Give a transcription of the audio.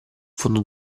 fondo